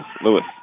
Lewis